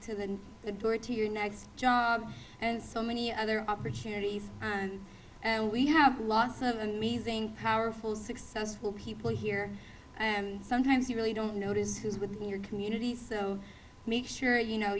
the the door to your next job and so many other opportunities and we have lots of amazing powerful successful people here and sometimes you really don't notice who is with your community so make sure you know